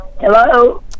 Hello